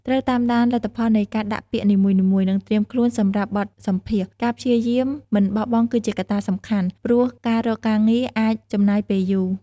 ត្រូវតាមដានលទ្ធផលនៃការដាក់ពាក្យនីមួយៗ និងត្រៀមខ្លួនសម្រាប់បទសម្ភាសន៍ ការព្យាយាមមិនបោះបង់គឺជាកត្តាសំខាន់ ព្រោះការរកការងារអាចចំណាយពេលយូរ។